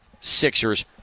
Sixers